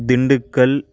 Dindigul